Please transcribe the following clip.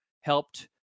helped